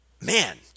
man